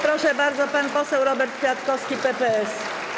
Proszę bardzo, pan poseł Robert Kwiatkowski, PPS.